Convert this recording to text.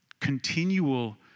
continual